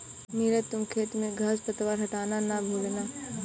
नीरज तुम खेत में घांस पतवार हटाना ना भूलना